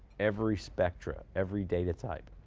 every spectra, every data type.